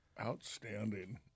Outstanding